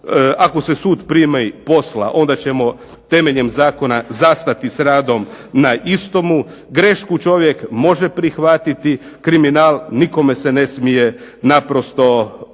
Ako se sud primi posla onda ćemo temeljem zakona zastati s radom na istom. Grešku čovjek može prihvatiti, kriminal nikome se ne smije naprosto oprostiti.